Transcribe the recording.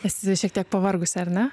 esi šiek tiek pavargusi ar ne